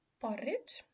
porridge